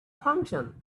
function